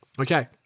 Okay